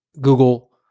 Google